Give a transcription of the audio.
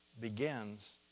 begins